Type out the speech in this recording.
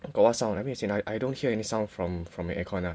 got what sound I mean as in I I don't hear any sound from from your aircon ah